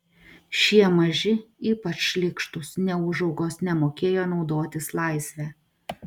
šie maži ypač šlykštūs neūžaugos nemokėjo naudotis laisve